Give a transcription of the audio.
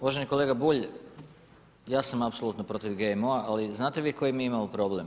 Uvaženi kolega Bulj, ja sam apsolutno protiv GMO-a, ali znate vi koji mi imamo problem?